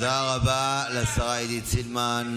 הקדוש ברוך הוא מתנגד לניתוק אנשים ממים.